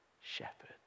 shepherd